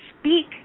speak